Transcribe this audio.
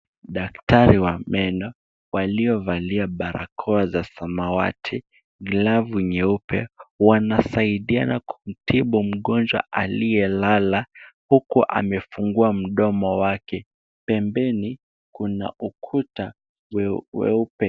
Daktari wa meno waliovalia barakoa za samawati glavu nyeupe wanasaidiana kutibu mgonjwa aliyelala huku amefungwa mdomo wake. Pembeni kuna ukuta weupe.